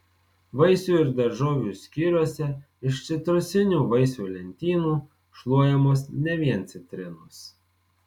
vaisių ir daržovių skyriuose iš citrusinių vaisių lentynų šluojamos ne vien citrinos